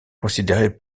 considéré